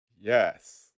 Yes